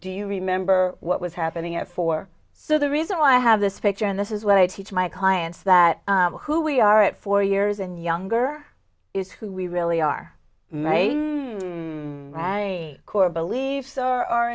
do you remember what was happening and for so the reason why i have this picture in this is what i teach my clients that who we are at four years and younger is who we really are maybe i core beliefs are